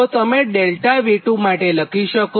તો ΔV2 તમે લખી શકો